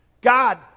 God